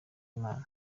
imana